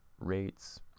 rates